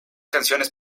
canciones